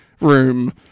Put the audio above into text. room